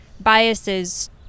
biases